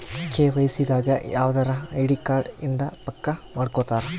KYC ದಾಗ ಯವ್ದರ ID card ಇಂದ ಪಕ್ಕ ಮಾಡ್ಕೊತರ